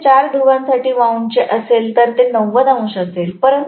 जर ते चार ध्रुवांसाठी वाऊंडचे असेल तर ते 90 अंश असेल